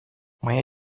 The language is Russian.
моя